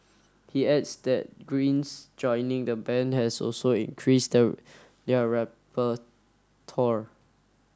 he adds that Green's joining the band has also increased the their repertoire